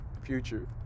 Future